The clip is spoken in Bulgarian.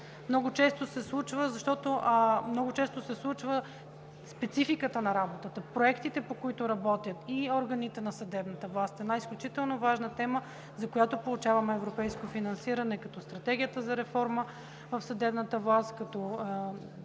Много често се случва поради спецификата на работата проектите, по които работят и органите на съдебната власт – една изключително важна тема, за която получаваме европейско финансиране, като Стратегията за реформа в съдебната власт, като